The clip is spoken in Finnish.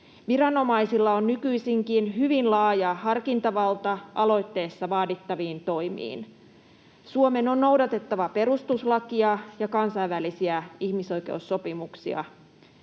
Viranomaisilla on nykyisinkin hyvin laaja harkintavalta aloitteessa vaadittaviin toimiin. Suomen on noudatettava perustuslakia ja kansainvälisiä ihmisoikeussopimuksia.